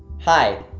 hi,